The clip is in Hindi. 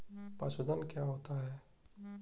पशुधन क्या होता है?